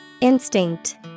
Instinct